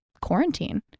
quarantine